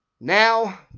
Now